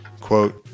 quote